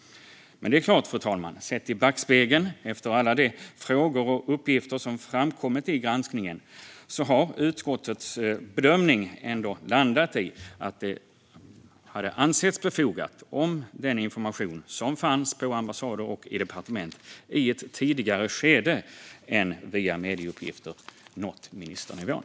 Men det är klart, fru talman, sett i backspegeln efter alla de frågor och uppgifter som har framkommit i granskningen har utskottets bedömning ändå landat i att det hade ansetts befogat om den information som fanns på ambassader och i departement i ett tidigare skede än via medieuppgifter nått ministernivån.